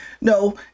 no